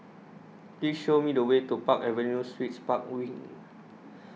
Please Show Me The Way to Park Avenue Suites Park Wing